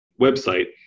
website